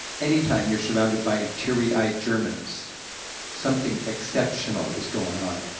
any time you're surrounded by teary-eyed germans something exceptional is goin' on.